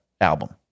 album